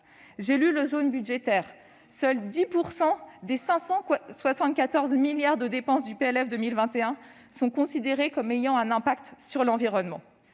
J'ai lu le « jaune » budgétaire : seuls 10 % des 574 milliards d'euros de dépenses du PLF pour 2021 sont considérés comme ayant un impact sur l'environnement.